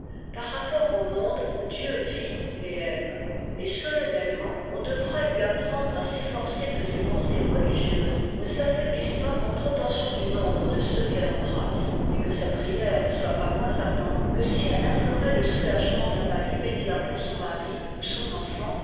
par rapport au monde où dieu vit et aime ï et solennellement on devra lui apprendre à s'efforcer que ses pensées religieuses ne s'affaiblissent pas en proportion du nombre de ceux qu'elles embrassent et que sa prière ne soit pas moins ardente que si elle implorait le soulagement d'un mal immédiat pour son mari ou son enfant